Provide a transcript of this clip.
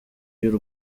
y’u